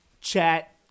chat